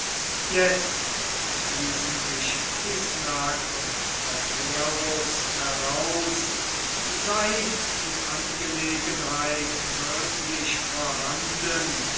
jetzt ließen sich tyssenacque und hopperus heraus sei die angelegenheit wirklich vorhanden